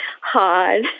hard